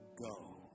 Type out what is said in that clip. go